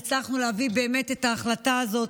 אז הצלחנו באמת להביא את ההחלטה הזאת.